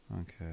Okay